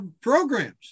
programs